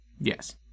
Yes